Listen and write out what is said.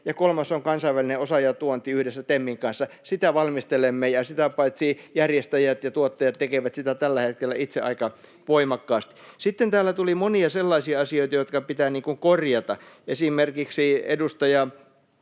ja kolmas on kansainvälinen osaajatuonti yhdessä TEMin kanssa — sitä valmistelemme, ja sitä paitsi järjestäjät ja tuottajat tekevät sitä tällä hetkellä itse aika voimakkaasti. Sitten täällä tuli monia sellaisia asioita, jotka pitää korjata. Esimerkiksi edustaja